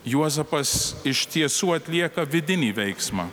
juozapas iš tiesų atlieka vidinį veiksmą